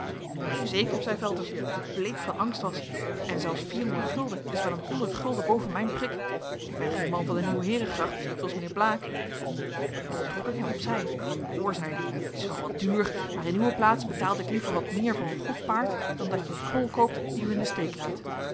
neen zeker zei velters die bleek van angst was en zelfs is wel een honderd gulden boven mijn prik ik ben geen man van de nieuwe heerengracht zooals mijnheer blaek toen trok ik hem op zij hoor zeide ik t is wel wat duur maar in uwe plaats betaalde ik liever wat meer voor een goed paard dan dat je een knol koopt die u in den steek laat